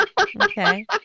Okay